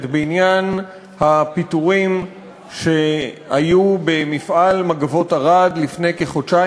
בעניין הפיטורים שהיו במפעל "מגבות ערד" לפני כחודשיים.